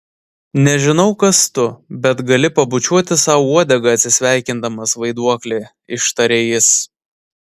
nežinau kas tu bet gali pabučiuoti sau uodegą atsisveikindamas vaiduokli ištarė jis